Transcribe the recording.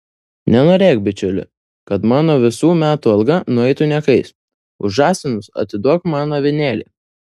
nenorėk bičiuli kad mano visų metų alga nueitų niekais už žąsinus atiduok man avinėlį